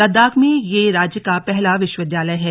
लद्दाख में यह राज्य का पहला विश्वविद्यालय है